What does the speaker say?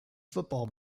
football